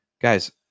Guys